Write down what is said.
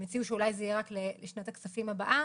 הם הציעו שאולי זה יהיה רק לשנת הכספים הבאה.